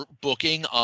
booking